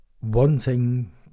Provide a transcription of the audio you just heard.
wanting